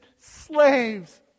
slaves